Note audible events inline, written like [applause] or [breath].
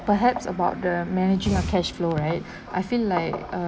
perhaps about the managing a cash flow right [breath] I feel like uh